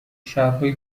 شهرهای